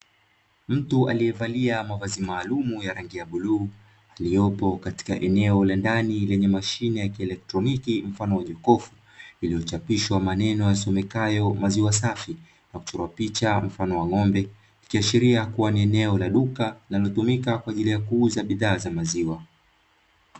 Mtu aliyevalia mavazi maalumu ya rangi ya bluu, aliyepo katika eneo la ndani la mashine ya kieletroniki mfano wa jokofu, iliyochapishwa maneno yasomekayo "maziwa safi", iliyochorwa picha mfano wa ng'ombe, ikiashiria ni eneo la duka, linalotumika kwa ajili ya kuuza bidhaa za maziwa.